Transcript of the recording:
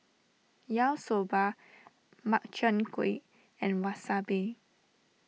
Yaki Soba Makchang Gui and Wasabi